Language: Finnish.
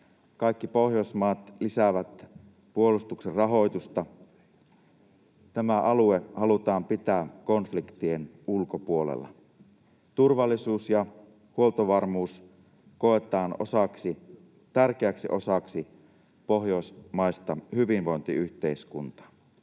Kaikki Pohjoismaat lisäävät puolustuksen rahoitusta. Tämä alue halutaan pitää konfliktien ulkopuolella. Turvallisuus ja huoltovarmuus koetaan tärkeäksi osaksi pohjoismaista hyvinvointiyhteiskuntaa.